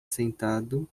sentado